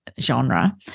genre